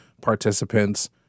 participants